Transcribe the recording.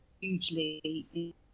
hugely